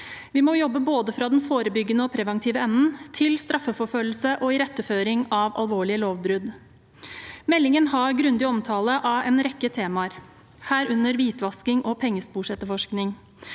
Vi må jobbe både fra den forebyggende og preventive enden til straffeforfølgelse og iretteføring av alvorlige lovbrudd. Meldingen har grundig omtale av en rekke temaer, herunder hvitvasking og pengesporetterforskning.